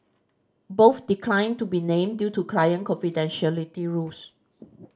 both declined to be named due to client confidentiality rules